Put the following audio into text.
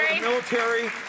military